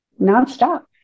nonstop